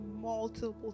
multiple